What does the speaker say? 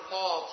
Paul